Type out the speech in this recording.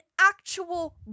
actual